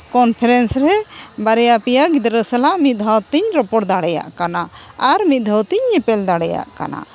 conference ᱨᱮ ᱵᱟᱨᱭᱟ ᱯᱮᱭᱟ ᱜᱤᱫᱽᱨᱟᱹ ᱥᱟᱞᱟᱜ ᱢᱤᱫ ᱫᱷᱟᱣ ᱛᱤᱧ ᱨᱚᱯᱚᱲ ᱫᱟᱲᱮᱭᱟᱜ ᱠᱟᱱᱟ ᱟᱨ ᱢᱤᱫ ᱫᱷᱟᱹᱣ ᱛᱤᱧ ᱧᱮᱯᱮᱞ ᱫᱟᱲᱮᱭᱟᱜ ᱠᱟᱱᱟ